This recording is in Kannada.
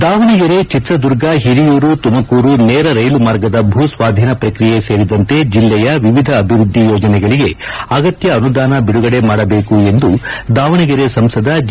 ದಾವಣಗೆರೆ ಚಿತ್ರದುರ್ಗ ಹಿರಿಯೂರು ತುಮಕೂರು ನೇರ ರೈಲು ಮಾರ್ಗದ ಭೂ ಸ್ನಾಧೀನ ಪ್ರಕ್ರಿಯೆ ಸೇರಿದಂತೆ ಜಿಲ್ಲೆಯ ವಿವಿಧ ಅಭಿವ್ಯದ್ದಿ ಯೋಜನೆಗಳಿಗೆ ಅಗತ್ತ ಅನುದಾನ ಬಿಡುಗಡೆ ಮಾಡಬೇಕು ಎಂದು ದಾವಣಗೆರೆ ಸಂಸದ ಜಿ